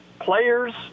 players